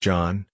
John